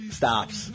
stops